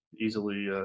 Easily